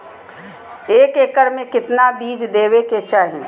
एक एकड़ मे केतना बीज देवे के चाहि?